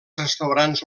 restaurants